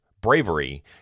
bravery